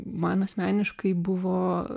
man asmeniškai buvo